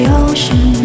ocean